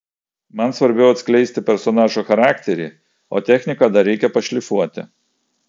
man svarbiau atskleisti personažo charakterį o techniką dar reikia pašlifuoti